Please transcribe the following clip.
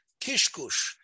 kishkush